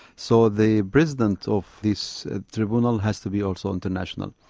so the president of this tribunal has to be also international.